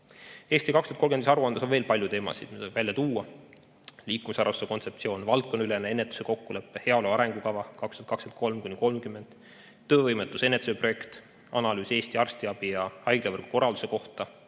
"Eesti 2035" aruandes on veel palju teemasid, mida võib välja tuua: liikumisharrastuse kontseptsioon, valdkonnaülese ennetuse kokkulepe, heaolu arengukava aastateks 2023–2030, töövõimetuse ennetusprojekt, analüüs Eesti arstiabi ja haiglavõrgu korralduse kohta,